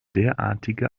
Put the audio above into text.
derartige